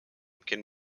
can